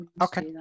Okay